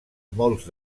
molts